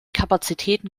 kapazitäten